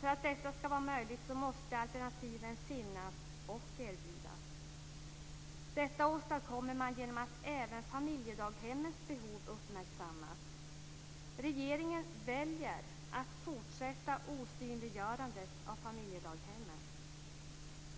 För att detta skall vara möjligt måste alternativen finnas och erbjudas. Detta åstadkommer man genom att även familjedaghemmens behov uppmärksammas. Regeringen väljer att fortsätta osynliggörandet av familjedaghemmen.